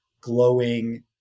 glowing